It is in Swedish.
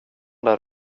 där